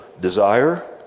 desire